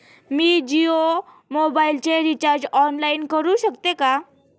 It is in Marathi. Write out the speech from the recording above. मी जियो मोबाइलचे रिचार्ज ऑनलाइन करू शकते का?